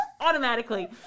automatically